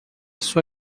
sua